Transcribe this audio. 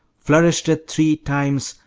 flourished it three times,